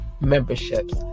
memberships